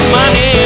money